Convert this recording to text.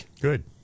good